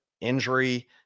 injury